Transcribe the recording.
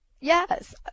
Yes